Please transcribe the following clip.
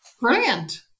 Brilliant